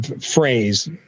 phrase